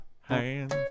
hands